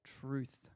truth